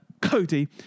Cody